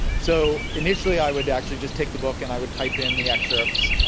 so, initially, i would actually just take the book and i would type in the excerpts.